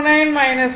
39